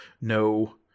no